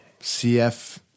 CF